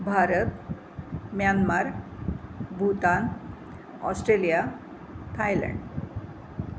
Bharat Myanmar Bhutan Australia Thailand